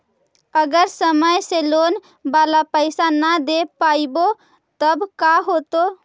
अगर समय से लोन बाला पैसा न दे पईबै तब का होतै?